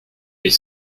est